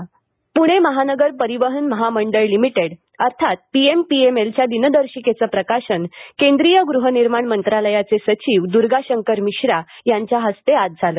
दिनदर्शिका प्णे महानगर परिवहन महामंडळ लिमिटेड अर्थात पीएमपीएमएलच्या दिनदर्शिकेचं प्रकाशन केंद्रीय गृहनिर्माण मंत्रालयाचे सचिव दुर्गा शंकर मिश्रा यांच्या हस्ते आज झालं